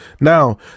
Now